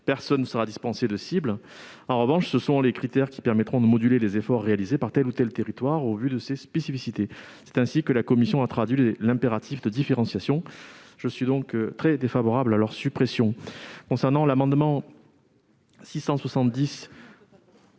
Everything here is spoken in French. personne ne sera dispensé de cibles. En revanche, ces critères permettront de moduler les efforts réalisés par tel ou tel territoire au vu de ses spécificités. C'est ainsi que la commission a traduit l'impératif de différenciation. Je suis donc très défavorable à leur suppression. L'amendement n°